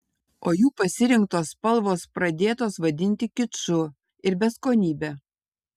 o jų pasirinktos spalvos pradėtos vadinti kiču ir beskonybe